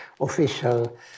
official